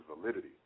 Validity